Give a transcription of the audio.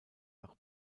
nach